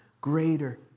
greater